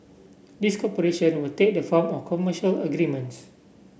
this cooperation will take the form of commercial agreements